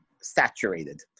saturated